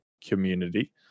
community